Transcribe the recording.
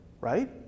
right